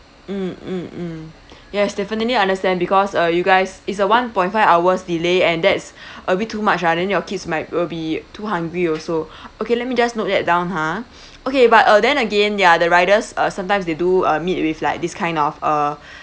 mm mm mm yes definitely understand because uh you guys is a one point five hours delay and that's a bit too much ah then your kids might will be too hungry also okay let me just note that down ha okay but uh then again ya the riders uh sometimes they do uh meet with like this kind of a